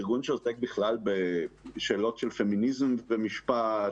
ארגון שעוסק בכלל בשאלות של פמיניזם במשפט,